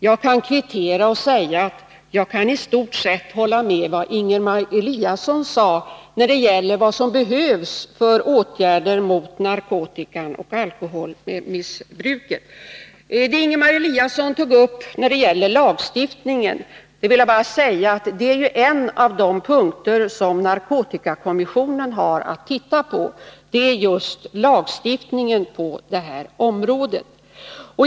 Jag kan kvittera och säga att jag i stort sett instämmer i vad Ingemar Eliasson sade om de åtgärder som behöver vidtagas mot narkotikaoch alkoholmissbruket. Beträffande det som Ingemar Eliasson yttrade om lagstiftningen vill jag bara säga att en av de punkter som narkotikakommissionen har att se på är just lagstiftningen på detta område.